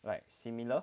like similar